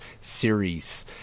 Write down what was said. series